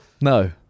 No